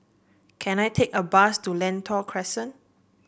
can I take a bus to Lentor Crescent